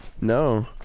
No